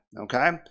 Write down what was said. okay